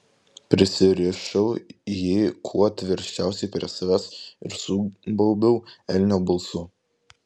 prisirišau jį kuo tvirčiausiai prie savęs ir subaubiau elnio balsu